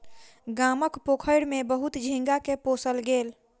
गामक पोखैर में बहुत झींगा के पोसल गेल